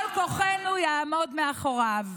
כל כוחנו יעמוד מאחוריו,